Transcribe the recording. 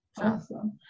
awesome